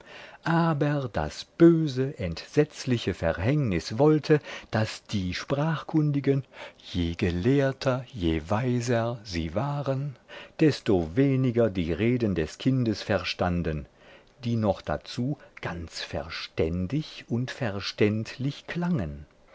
aber das böse entsetzliche verhängnis wollte daß die sprachkundigen je gelehrter je weiser sie waren desto weniger die reden des kindes verstanden die noch dazu ganz verständig und verständlich klangen